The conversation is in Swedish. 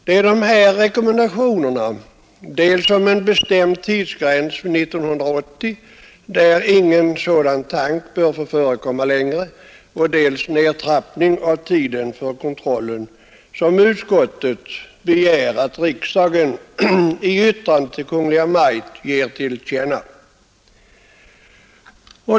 Det är dessa rekommendationer — dels om en bestämd tidsgräns vid 1980 då ingen sådan tank bör få förekomma längre, dels om nedtrappning av tiden för kontrollen — som utskottet begär att riksdagen i yttrande till Kungl. Maj:t ger till känna.